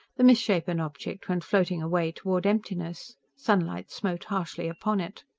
the misshapen object went floating away toward emptiness. sunlight smote harshly upon it.